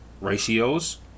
ratios